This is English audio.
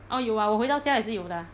orh 有啊我回到家也是有的啊